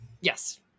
Yes